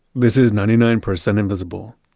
this is ninety nine percent invisible.